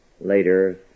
later